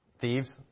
thieves